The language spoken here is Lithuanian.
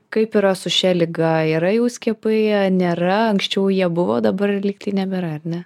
kaip yra su šia liga yra jau skiepai nėra anksčiau jie buvo dabar lyg tai nebėra ar ne